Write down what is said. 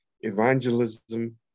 evangelism